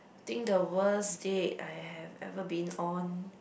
think the worst date I have ever been on